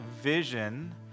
vision